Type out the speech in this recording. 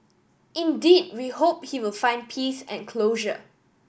indeed we hope he will find peace and closure